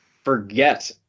forget